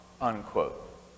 unquote